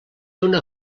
una